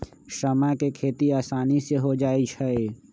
समा के खेती असानी से हो जाइ छइ